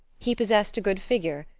he possessed a good figure,